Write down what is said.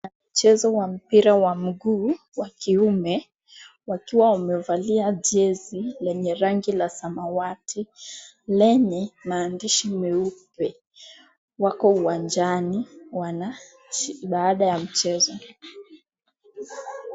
Mchezo wa mpira wa miguu wa kiume wakiwa wamevalia jezi lenye rangi ya samawati lenye maandishi meupe. Wako uwanjani wana baada ya mchezo.